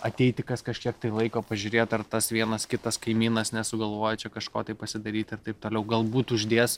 ateiti kas kažkiek tai laiko pažiūrėt ar tas vienas kitas kaimynas nesugalvojo čia kažko tai pasidaryt ir taip toliau galbūt uždės